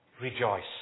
Rejoice